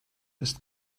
ist